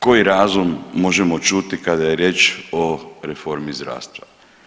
Koji razum možemo čuti kada je riječ o reformi zdravstva.